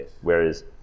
Whereas